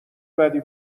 بدی